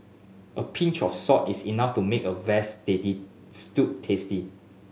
a pinch of salt is enough to make a veal steady stew tasty